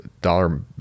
dollar